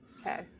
Okay